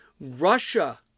Russia